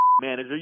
manager